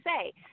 say